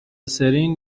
سرین